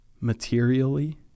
materially